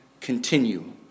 continue